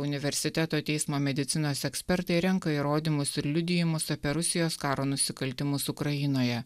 universiteto teismo medicinos ekspertai renka įrodymus ir liudijimus apie rusijos karo nusikaltimus ukrainoje